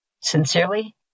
Sincerely